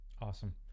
awesome